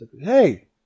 hey